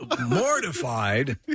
mortified